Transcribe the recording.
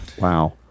wow